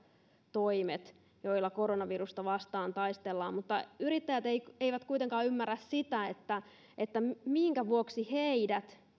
toimet joilla koronavirusta vastaan taistellaan mutta yrittäjät eivät kuitenkaan ymmärrä sitä minkä vuoksi heidät